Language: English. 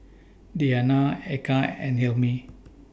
Diyana Eka and Hilmi